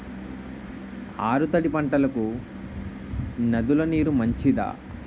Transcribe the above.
ఆరు తడి పంటలకు నదుల నీరు మంచిదా?